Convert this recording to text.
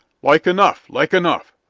like enough like enough,